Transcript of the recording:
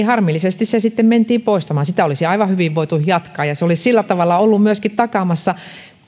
harmillisesti se sitten mentiin poistamaan sitä olisi aivan hyvin voitu jatkaa ja se olisi sillä tavalla ollut sitten myöskin takaamassa nimenomaan